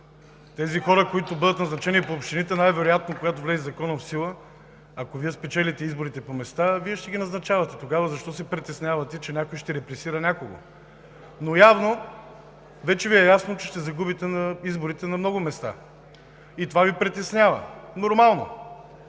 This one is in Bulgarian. Тези хора, които бъдат назначени по общините, най-вероятно, когато законът влезе в сила, ако Вие спечелите изборите по места, Вие ще ги назначавате. Тогава защо се притеснявате, че някой ще репресира някого? Но явно вече Ви е ясно, че ще загубите изборите на много места и това Ви притеснява. Нормално.